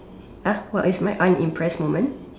what is my unimpressed moment